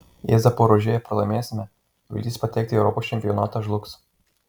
jei zaporožėje pralaimėsime viltys patekti į europos čempionatą žlugs